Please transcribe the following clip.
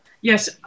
Yes